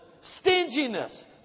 Stinginess